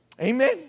amen